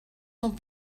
sont